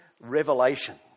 revelation